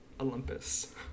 Olympus